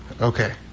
Okay